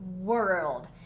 world